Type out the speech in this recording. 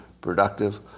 productive